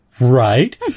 Right